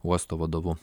uosto vadovu